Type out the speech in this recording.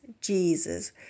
Jesus